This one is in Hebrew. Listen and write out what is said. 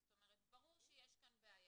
זאת אומרת, ברור שיש כאן בעיה,